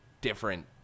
different